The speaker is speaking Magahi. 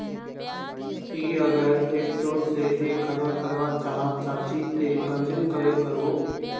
ती अगर एक सो से एक हजार करवा चाँ चची ते कुंसम करे करबो?